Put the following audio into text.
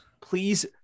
please